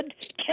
good